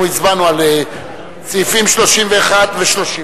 אנחנו הצבענו על סעיפים 30 ו-31,